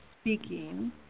speaking